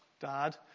Dad